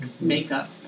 makeup